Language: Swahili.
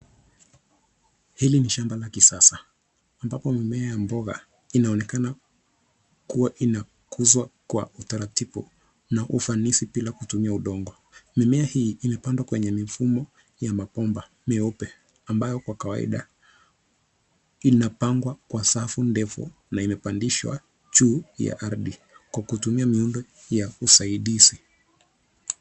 Hili ni shamba la kisasa ambapo mimea ya mboga inaonekana kuwa inakuzwa kwa utaratibu na ufanisi bila kutumia udongo. Mimea hii imepandwa kwenye mifumo ya mabomba meupe ambayo kwa kawaida inapangwa kwa safu ndefu na imepandishwa juu ya ardhi kwa kutumia miundo ya usaidizi.